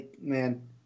man